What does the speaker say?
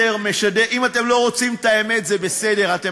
אני לא רגיל שקוראים לסדר בהצעות לסדר-היום.